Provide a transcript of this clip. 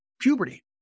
puberty